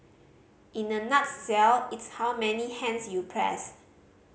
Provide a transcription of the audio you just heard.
in a nutshell it's how many hands you press